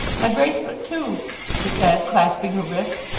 my bracelet too she said, clasping her wrist.